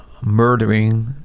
murdering